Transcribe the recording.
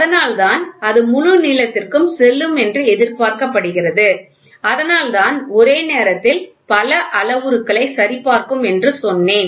அதனால்தான் அது முழு நீளத்திற்குச் செல்லும் என்று எதிர்பார்க்கப்படுகிறது அதனால்தான் ஒரே நேரத்தில் பல அளவுருக்களைச் சரிபார்க்கும் என்று சொன்னோம்